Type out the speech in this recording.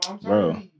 bro